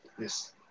Yes